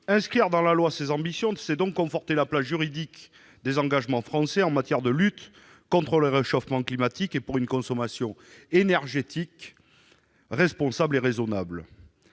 Inscrire dans la loi ces ambitions, c'est conforter la portée juridique des engagements français en matière de lutte contre le réchauffement climatique et pour une consommation énergétique responsable et raisonnable.